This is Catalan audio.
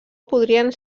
podrien